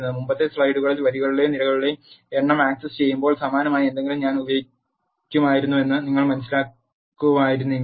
മുമ്പത്തെ സ്ലൈഡുകളിൽ വരികളുടെയോ നിരകളുടെയോ എണ്ണം ആക് സസ്സുചെയ്യുമ്പോൾ സമാനമായ എന്തെങ്കിലും ഞാൻ ഉപയോഗിക്കുമായിരുന്നുവെന്ന് നിങ്ങൾ മനസ്സിലാക്കുമായിരുന്നുവെങ്കിൽ